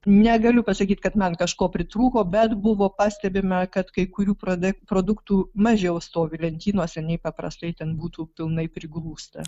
negaliu pasakyt kad man kažko pritrūko bet buvo pastebima kad kai kurių prode produktų mažiau stovi lentynose nei paprastai ten būtų pilnai prigrūsta